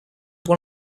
one